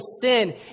sin